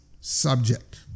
subject